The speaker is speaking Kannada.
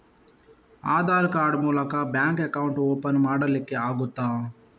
ಆಧಾರ್ ಕಾರ್ಡ್ ಮೂಲಕ ಬ್ಯಾಂಕ್ ಅಕೌಂಟ್ ಓಪನ್ ಮಾಡಲಿಕ್ಕೆ ಆಗುತಾ?